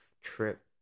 trip